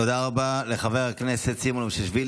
תודה רבה לחבר הכנסת סימון מושיאשוילי